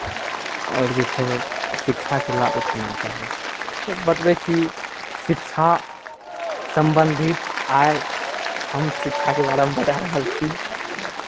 आओर जे छै शिक्षाके लाभ उठाना चाही तऽ बतबै छी शिक्षा सम्बन्धित आइ हम शिक्षाके बारेमे बताए रहल छी